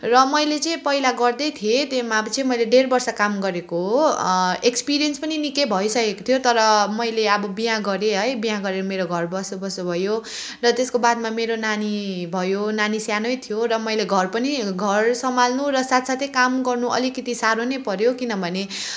र मैले चाहिँ पहिला गर्दै थिएँ त्योमा अब चाहिँ मैले डेढ वर्ष काम गरेको हो एक्सपिरियन्स पनि निकै भइसकेको थियो तर मैले अब बिहा गरेँ है बिहा गरेर मेरो घर बसोबास भयो र त्यसको बादमा मेरो नानी भयो नानी सानै थियो र मैले घर पनि घर सम्हाल्नु र साथसाथै काम गर्नु अलिकति साह्रै पऱ्यो किनभने